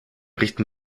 richten